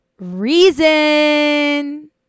reason